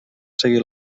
seguir